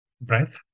breath